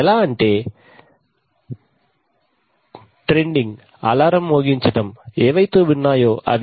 ఎలా అంటే trending alarm మోగించడం ఏవైతే ఉన్నాయో అవి